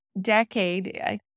decade